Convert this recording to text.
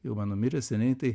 jau mano miręs seniai tai